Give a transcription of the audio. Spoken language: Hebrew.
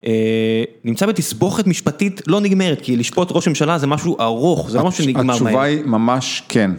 נמצא בתסבוכת משפטית לא נגמרת, כי לשפוט ראש הממשלה זה משהו ארוך, זה לא משהו שנגמר מהר. התשובה היא ממש כן.